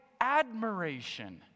admiration